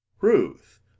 Ruth